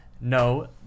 No